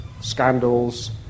scandals